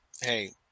hey